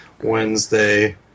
Wednesday